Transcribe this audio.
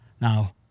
Now